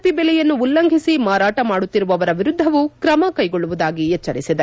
P ಬೆಲೆಯನ್ನು ಉಲ್ಲಂಘಿಸಿ ಮಾರಾಟ ಮಾಡುತ್ತಿರುವವರ ವಿರುದ್ದವೂ ಕ್ರಮ ಕೈಗೊಳ್ಳುವುದಾಗಿ ಎಚ್ಚರಿಸಿದೆ